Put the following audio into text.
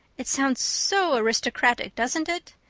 it sounds so aristocratic, doesn't it?